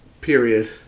Period